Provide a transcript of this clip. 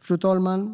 Fru talman!